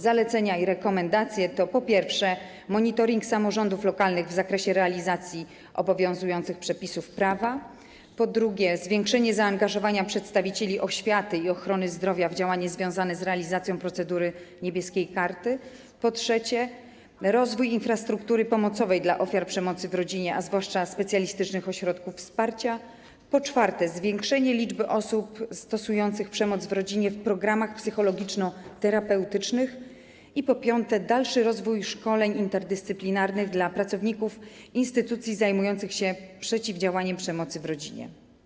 Zalecenia i rekomendacje to, po pierwsze, monitoring samorządów lokalnych w zakresie realizacji obowiązujących przepisów prawa; po drugie, zwiększenie zaangażowania przedstawicieli oświaty i ochrony zdrowia w działania związane z realizacją procedury „Niebieskie karty”; po trzecie, rozwój infrastruktury pomocowej dla ofiar przemocy w rodzinie, a zwłaszcza specjalistycznych ośrodków wsparcia; po czwarte, zwiększenie w programach psychologiczno-terapeutycznych liczby osób stosujących przemoc w rodzinie i, po piąte, dalszy rozwój szkoleń interdyscyplinarnych dla pracowników instytucji zajmujących się przeciwdziałaniem przemocy w rodzinie.